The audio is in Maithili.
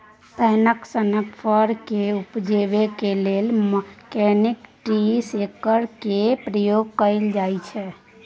पैकन सनक फर केँ उपजेबाक लेल मैकनिकल ट्री शेकर केर प्रयोग कएल जाइत छै